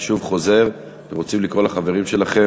אני שוב חוזר, אתם רוצים לקרוא לחברים שלכם,